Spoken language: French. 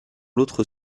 l’autre